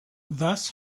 thus